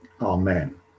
Amen